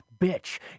bitch